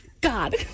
God